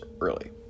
early